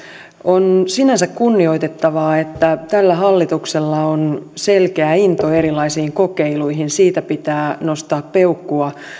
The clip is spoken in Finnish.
on sinänsä kunnioitettavaa että tällä hallituksella on selkeä into erilaisiin kokeiluihin sille pitää nostaa peukkua